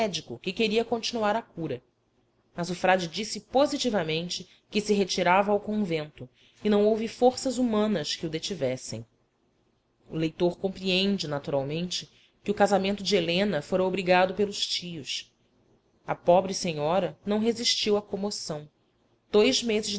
médico que queria continuar a cura mas o frade disse positivamente que se retirava ao convento e não houve forças humanas que o detivessem o leitor compreende naturalmente que o casamento de helena fora obrigado pelos tios a pobre senhora não resistiu à comoção dois meses